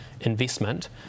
investment